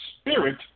spirit